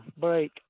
break